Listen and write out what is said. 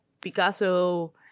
picasso